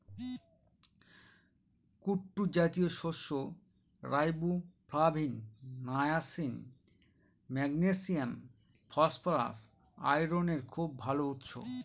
কুট্টু জাতীয় শস্য riboflavin, niacin, magnesium, phosphorus, আয়রনের খুব ভাল উৎস